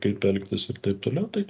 kaip elgtis ir taip toliau tai